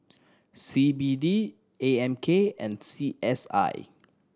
C B D A M K and C S I